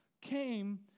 came